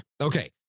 Okay